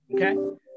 okay